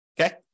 Okay